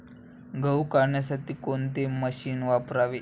गहू काढण्यासाठी कोणते मशीन वापरावे?